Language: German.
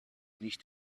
nicht